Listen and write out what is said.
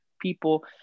people